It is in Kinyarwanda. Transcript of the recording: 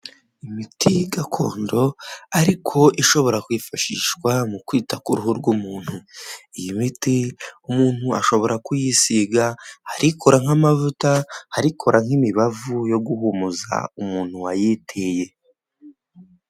Imiti gakondo ariko ishobora kwifashishwa mu kwita ku ruhu rw'umuntu, iyi miti umuntu ashobora kuyisiga hari ikora nk'amavuta, hari ikora nk'imibavu yo guhumuza umuntu wayiteye.